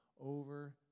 over